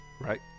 Right